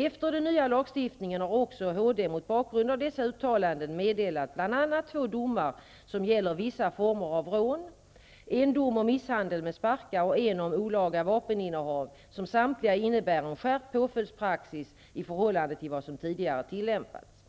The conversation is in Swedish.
Efter den nya lagstiftningen har också högsta domstolen mot bakgrund av dessa uttalanden meddelat bl.a. två domar som gäller vissa former av rån, en dom om misshandel med sparkar och en om olaga vapeninnehav som samtliga innebär en skärpt påföljdspraxis i förhållande till vad som tidigare tillämpats.